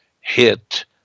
hit